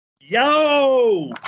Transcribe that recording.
Yo